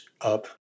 up